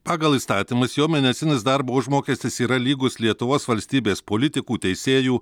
pagal įstatymus jo mėnesinis darbo užmokestis yra lygus lietuvos valstybės politikų teisėjų